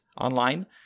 online